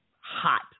hot